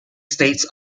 states